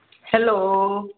hello